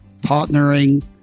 partnering